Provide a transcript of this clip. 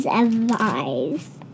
advised